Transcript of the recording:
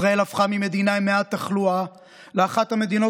ישראל הפכה ממדינה עם מעט תחלואה לאחת המדינות